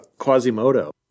Quasimodo